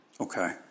Okay